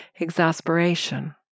exasperation